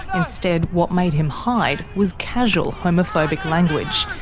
instead what made him hide was casual homophobic language,